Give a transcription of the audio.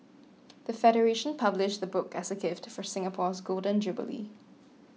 the federation published the book as a gift for Singapore's Golden Jubilee